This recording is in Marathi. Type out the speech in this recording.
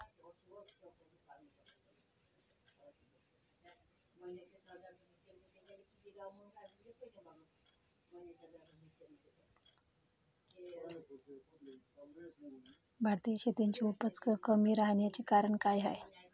भारतीय शेतीची उपज कमी राहाची कारन का हाय?